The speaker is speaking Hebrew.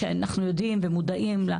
אנחנו יודעים ומודעים.